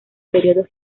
periodos